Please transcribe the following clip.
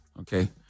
okay